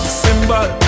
symbol